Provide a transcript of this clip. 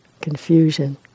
Confusion